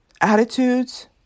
attitudes